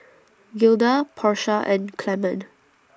Gilda Porsha and Clemon